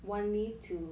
want me to